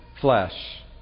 flesh